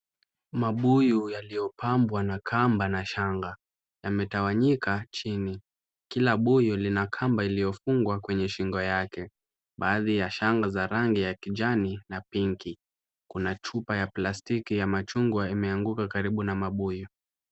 Mabuyu yaliyopambwa na kamba na shanga, yametawanyika chini, kila buyu lina kamba iliyofungwa kwenye shingo yake . Baadhi ya shanga za rangi ya kijani na pinki , kuna chupa ya plastiki ya machungwa imeanguka karibu na mabuyu.